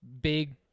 big